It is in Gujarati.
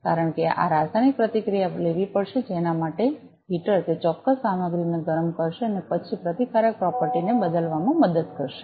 કારણ કે આ રાસાયણિક પ્રતિક્રિયા લેવી પડશે જેના માટે હીટર તે ચોક્કસ સામગ્રીને ગરમ કરશે અને તે પછી પ્રતિકારક પ્રોપર્ટી ને બદલવામાં મદદ કરશે